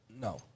No